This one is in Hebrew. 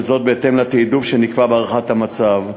בהתאם לתעדוף שנקבע בהערכת המצב.